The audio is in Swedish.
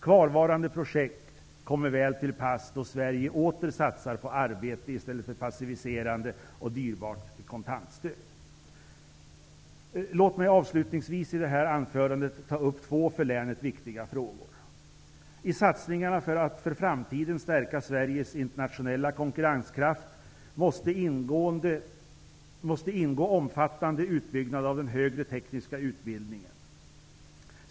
Kvarvarande projekt kommer väl till pass då Sverige åter satsar på arbete i stället för på passiviserande och dyrbart kontantstöd. Låt mig avslutningsvis ta upp två för länet viktiga frågor. I satsningarna på att för framtiden stärka Sveriges internationella konkurrenskraft måste det ingå omfattande utbyggnad av den högre tekniska utbildningen.